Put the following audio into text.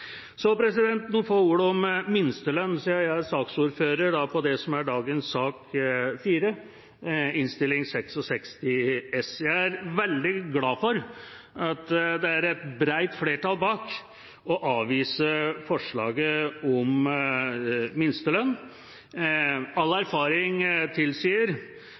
Så noen få ord om minstelønn, siden jeg er ordfører for sak nr. 4 på dagens kart, Innst. 66 S. Jeg er veldig glad for at det er et bredt flertall bak å avvise forslaget om minstelønn. All erfaring tilsier